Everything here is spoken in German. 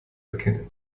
erkennen